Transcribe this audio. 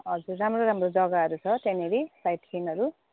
हजुर राम्रो राम्रो जग्गाहरू छ त्यहाँनिर साइट सिनहरू